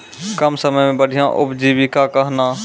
कम समय मे बढ़िया उपजीविका कहना?